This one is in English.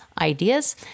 ideas